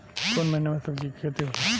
कोउन महीना में सब्जि के खेती होला?